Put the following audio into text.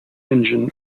engine